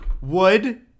Would-